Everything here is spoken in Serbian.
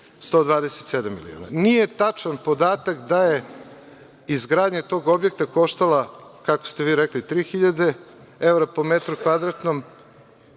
127 je bila. Nije tačan podatak da je izgradnja tog objekta koštala kako ste rekli, 3000 evra po metru kvadratnom.